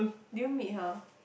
do you meet her